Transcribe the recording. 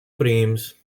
prims